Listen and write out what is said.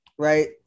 Right